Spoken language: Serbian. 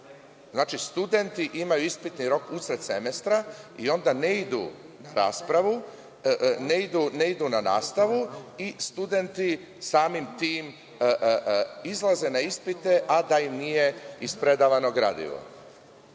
Znači studenti imaju ispitni rok usred semestra i onda ne idu na nastavu i studenti samim tim izlaze na ispite a da im nije ispredavano gradivo. Konačno,